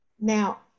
Now